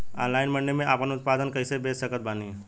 Online मंडी मे आपन उत्पादन कैसे बेच सकत बानी?